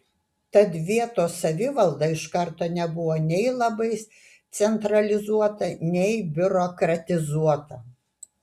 tad vietos savivalda iš karto nebuvo nei labai centralizuota nei biurokratizuota